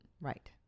right